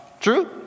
True